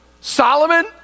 Solomon